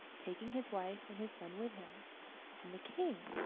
taking his wife and his son with him and the king,